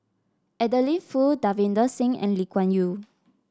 Adeline Foo Davinder Singh and Lee Kuan Yew